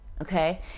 Okay